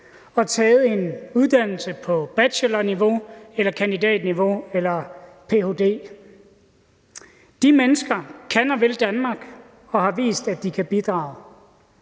og taget en uddannelse på bachelorniveau eller kandidatniveau eller en ph.d.-grad. De mennesker kan og vil Danmark og har vist, at de kan bidrage.